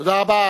תודה רבה.